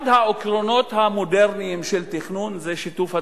אחד העקרונות המודרניים של תכנון זה שיתוף הציבור.